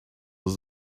does